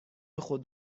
خود